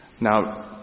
Now